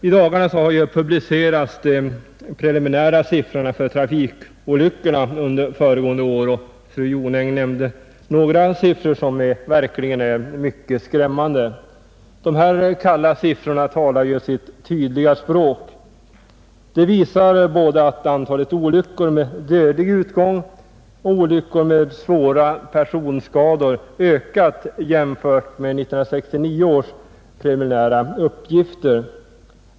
I dagarna har de preliminära siffrorna för trafikolyckorna under föregående år publicerats, och fru Jonäng nämnde några siffror som verkligen är mycket skrämmande. Dessa kalla siffror talar sitt tydliga språk. De visar att både antalet olyckor med dödlig utgång och antalet olyckor med svåra personskador ökat jämfört med 1969 års preliminära uppgifter.